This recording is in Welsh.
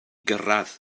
gyrraedd